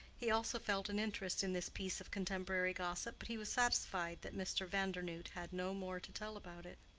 he also felt an interest in this piece of contemporary gossip, but he was satisfied that mr. vandernoodt had no more to tell about it.